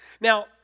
Now